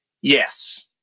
Yes